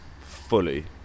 fully